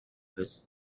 this